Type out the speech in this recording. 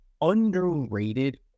Underrated